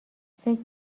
فکر